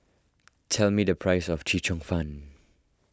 tell me the price of Chee Cheong Fun